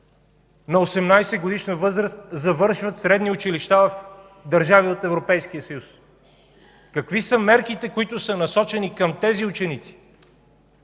на 18-годишна възраст завършват средни училища в държави от Европейския съюз. Какви са мерките, които са насочени към тези ученици